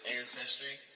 ancestry